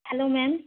hello ma'am